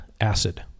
acid